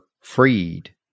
freed